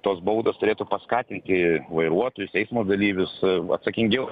tos baudos turėtų paskatinti vairuotojus eismo dalyvius atsakingiau